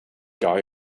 guy